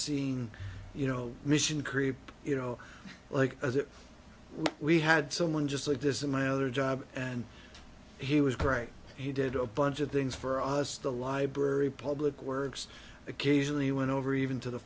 seeing you know mission creep you know like as if we had someone just like this in my other job and he was great he did a bunch of things for us the library public works occasionally went over even to the